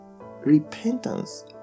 repentance